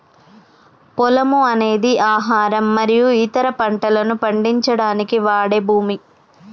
పొలము అనేది ఆహారం మరియు ఇతర పంటలను పండించడానికి వాడే భూమి